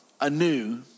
anew